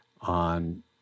on